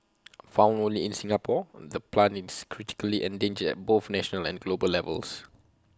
found only in Singapore the plant is critically endangered at both national and global levels